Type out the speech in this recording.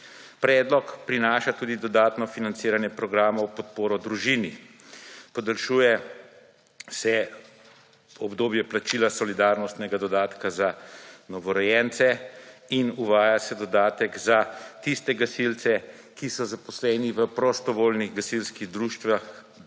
Predlog prinaša tudi dodatno financiranje programov v podporo družini. Podaljšuje se obdobje plačila solidarnostnega dodatka za novorojence in uvaja se dodatek za tiste gasilce, ki so zaposleni v prostovoljnih gasilskih društvih